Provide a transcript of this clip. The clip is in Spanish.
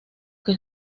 que